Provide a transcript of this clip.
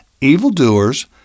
evildoers